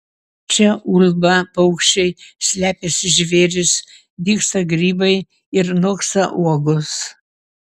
čia ulba paukščiai slepiasi žvėrys dygsta grybai ir noksta uogos